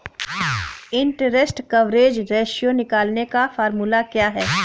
Interest coverage ratio निकालने का formula क्या है?